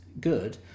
good